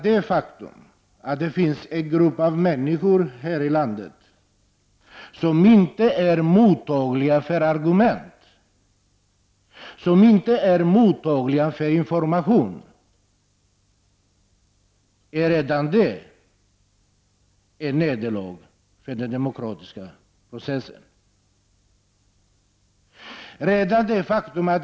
Det finns en grupp människor här i landet som inte är mottaglig för argument och information, och redan detta är ett nederlag för den demokratiska processen.